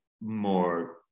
more